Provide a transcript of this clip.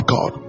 God